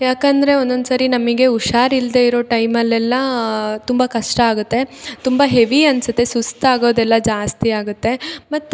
ಯಾಕಂದ್ರೆ ಒಂದೊಂದು ಸರಿ ನಮಗೆ ಹುಷಾರ್ ಇಲ್ದೆ ಇರೋ ಟೈಮಲ್ಲೆಲ್ಲಾ ತುಂಬ ಕಷ್ಟ ಆಗುತ್ತೆ ತುಂಬ ಹೆವಿ ಅನ್ಸುತ್ತೆ ಸುಸ್ತಾಗೋದೆಲ್ಲ ಜಾಸ್ತಿ ಆಗುತ್ತೆ ಮತ್ತು